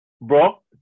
bro